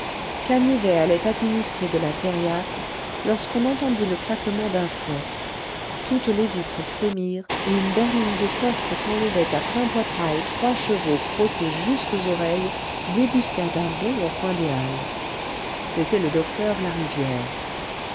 canivet allait administrer de la thériaque lorsqu'on entendit le claquement d'un fouet toutes les vitres frémirent et une berline de poste qu'enlevaient à plein poitrail trois chevaux crottés jusqu'aux oreilles débusqua d'un bond au coin des halles c'était le docteur larivière